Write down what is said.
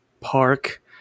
park